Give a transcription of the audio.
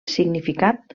significat